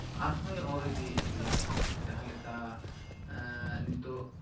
ᱟᱨᱦᱚᱸᱭ ᱚᱨ ᱤᱫᱤᱭᱮᱫ ᱜᱮᱭᱟ ᱡᱟᱦᱟᱸ ᱞᱮᱠᱟ ᱱᱤᱛᱳᱜ